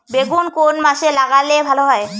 বেগুন কোন মাসে লাগালে ভালো হয়?